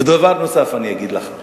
ודבר נוסף אני אגיד לך,